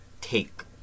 take